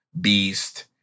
Beast